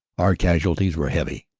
our casualties were heavy,